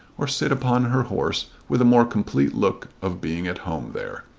or sit upon her horse with a more complete look of being at home there.